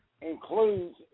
includes